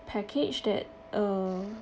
package that uh